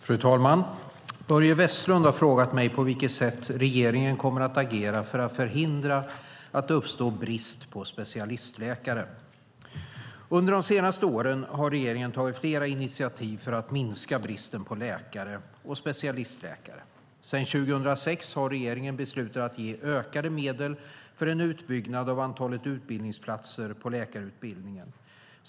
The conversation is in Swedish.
Fru talman! Börje Vestlund har frågat mig på vilket sätt regeringen kommer att agera för att förhindra att det uppstår brist på specialistläkare. Under de senaste åren har regeringen tagit flera initiativ för att minska bristen på läkare och specialistläkare. Sedan 2006 har regeringen beslutat att ge ökade medel för en utbyggnad av antalet utbildningsplatser på läkarutbildningen.